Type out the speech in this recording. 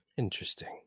Interesting